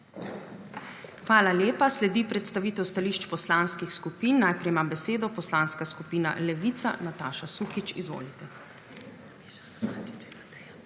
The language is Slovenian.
Hvala lepa. Sledi predstavitev stališč Poslanskih skupin. Najprej ima besedo Poslanska skupina Levica. Nataša Sukič, izvolite.